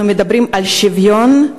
אנחנו מדברים על שוויון,